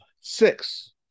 six